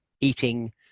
eating